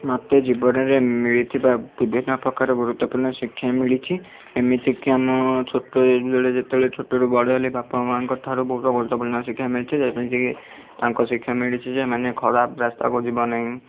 ମୋତେ ଜୀବନରେ ମିଳିଥିବା ବିଭିନ୍ନପ୍ରକାର ଗୁରୁତ୍ଵପୂର୍ଣ୍ଣ ଶିକ୍ଷା ମିଳିଛି ଏମିତି କି ଆମ ଛୋଟ ବେଳେ ଯେତେବେଳେ ଛୋଟରୁ ବଡ଼ ହେଲି ବାପା ମାଆଙ୍କ ଠାରୁ ବହୁତ ଗୁରୁତ୍ଵପୂର୍ଣ୍ଣ ଶିକ୍ଷା ମିଳିଛି ଯେମିତି କି ତାଙ୍କ ଶିକ୍ଷା ମିଳିଛି ଯେ ମାନେ ଖରାପ ରାସ୍ତାକୁ ଯିବ ନାହିଁ